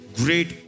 great